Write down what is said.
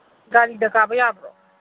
ꯒꯥꯔꯤꯗ ꯀꯥꯕ ꯌꯥꯕ꯭ꯔꯣ